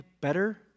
better